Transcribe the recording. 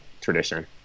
tradition